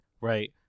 right